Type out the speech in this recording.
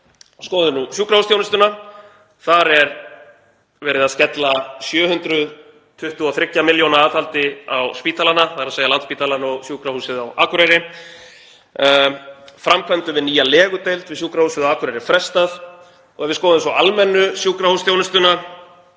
Skoðum sjúkrahúsþjónustuna. Þar er verið að skella 723 milljóna aðhaldi á spítalana, þ.e. Landspítala og Sjúkrahúsið á Akureyri. Framkvæmdum við nýja legudeild við Sjúkrahúsið á Akureyri er frestað. Og ef við skoðum almenna sjúkrahúsþjónustu,